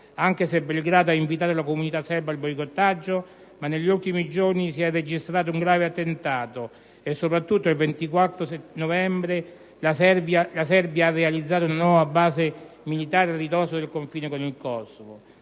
anche se Belgrado ha invitato la comunità serba al boicottaggio. Ma negli ultimi giorni si è registrato un grave attentato. Soprattutto, il 24 novembre la Serbia ha realizzato una nuova base militare a ridosso del confine con il Kosovo.